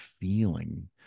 feeling